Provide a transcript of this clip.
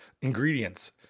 Ingredients